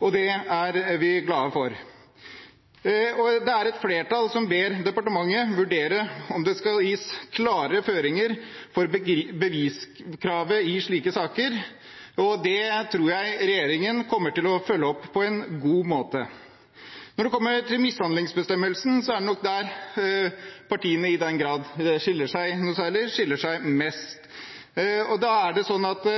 og det er vi glade for. Det er et flertall som ber departementet vurdere om det skal gis klarere føringer for beviskravet i slike saker, og det tror jeg regjeringen kommer til å følge opp på en god måte. Når det kommer til mishandlingsbestemmelsen, er det nok der partiene skiller seg mest fra hverandre – i den grad de skiller seg fra hverandre.